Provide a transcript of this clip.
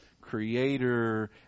creator